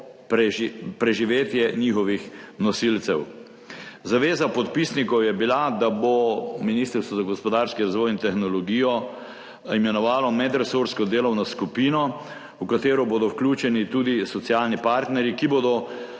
preživetje njihovih nosilcev. Zaveza podpisnikov je bila, da bo ministrstvo za gospodarski razvoj in tehnologijo imenovalo medresorsko delovno skupino, v katero bodo vključeni tudi socialni partnerji, ta